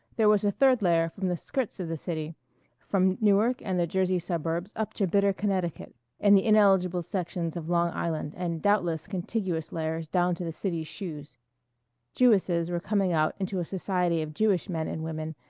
there was a third layer from the skirts of the city from newark and the jersey suburbs up to bitter connecticut and the ineligible sections of long island and doubtless contiguous layers down to the city's shoes jewesses were coming out into a society of jewish men and women,